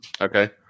Okay